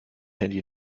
handy